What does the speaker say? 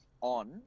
on